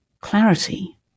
clarity